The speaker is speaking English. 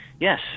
Yes